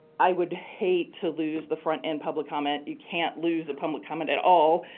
i would hate to lose the front end public comment. you can't lose the public comment at all,